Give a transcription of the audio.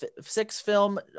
six-film